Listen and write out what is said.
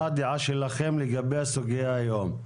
מה הדעה שלכם לגבי הסוגיה היום?